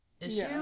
issue